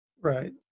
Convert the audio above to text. Right